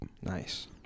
Nice